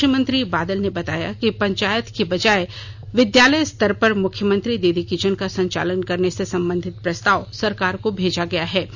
कृषि मंत्री बादल ने बताया कि पंचायत की बजाय विद्यालय स्तर पर मुख्यमंत्री दीदी किचन का संचालन करने से संबंधित प्रस्ताव सरकार को भेजा गया है